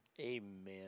Amen